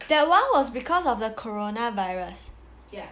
that one was because of the coronavirus